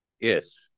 Yes